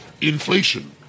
inflation